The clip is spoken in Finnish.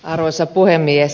arvoisa puhemies